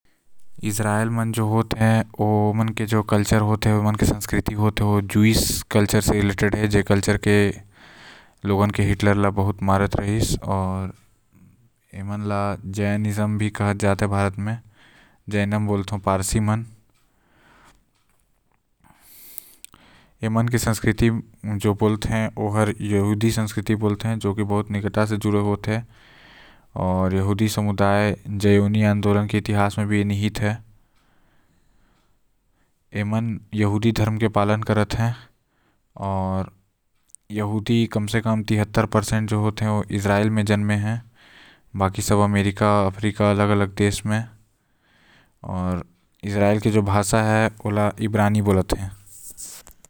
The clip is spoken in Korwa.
इसराइल में जो होते ओ ज्योइश कल्चर के माना जाते के ओकर से प्रभावित रहते जॉन कल्चर ल हिटलर हर कभी एक्सेप्ट नो करीस। आऊ एमा फारसी धर्म के आदमी मन भी आते जो यहूदी धर्म के पालन करते।